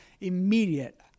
immediate